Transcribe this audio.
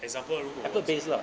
example 如果是